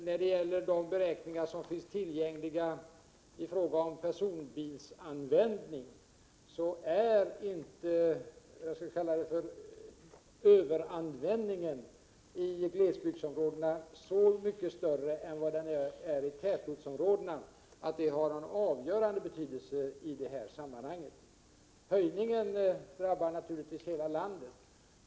När det gäller de beräkningar som finns tillgängliga i fråga om personbilsanvändning, är inte det som jag skulle vilja kalla överanvändningen i glesbygdsområdena så mycket större än i tätortsområdena att den har någon avgörande betydelse i det här sammanhanget. Höjningen drabbar naturligtvis hela landet.